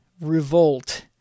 revolt